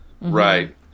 Right